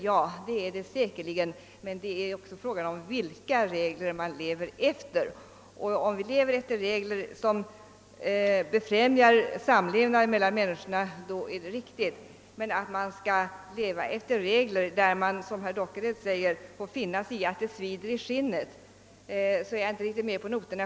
Ja det är det säkerligen. Men frågan är vilka regler man lever efter. Om vi lever efter regler som befrämjar samlevnaden mellan människorna, då är det riktigt. Men när det gäller regler som medför att man, som herr Dockered säger, får finna sig i att det svider i skinnet, är jag inte riktigt med på noterna.